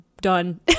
done